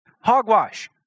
Hogwash